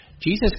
Jesus